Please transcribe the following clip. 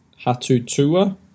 Hatutua